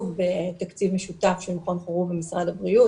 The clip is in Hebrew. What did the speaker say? בתקציב משותף של מכון חרוב ומשרד הבריאות,